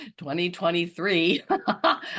2023